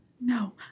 No